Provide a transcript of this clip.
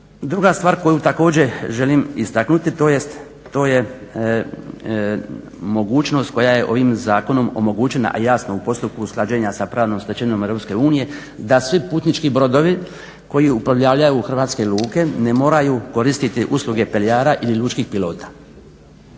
Druga stvar koju također želim istaknuti, to je mogućnost koja je ovim zakonom omogućena a jasno u postupku usklađenja sa pravnom stečevinom EU da svi putnički brodovi koju uplovljavaju u hrvatske luke ne moraju koristiti usluge peljara ili lučkih pilota.